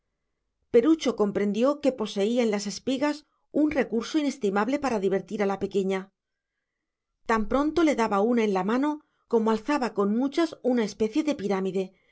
perucho comprendió que poseía en las espigas un recurso inestimable para divertir a la pequeña tan pronto le daba una en la mano como alzaba con muchas una especie de pirámide